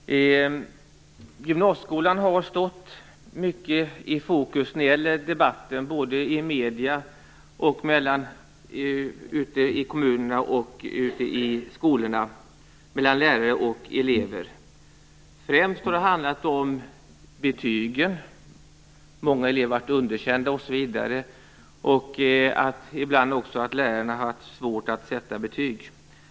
Fru talman! Gymnasieskolan har ofta stått i fokus i debatten i såväl medierna som ute i kommunerna och bland lärare och elever. Främst har det handlat om betygen. Många elever har blivit underkända. Ibland har det också handlat om att lärarna haft svårt att sätta betyg.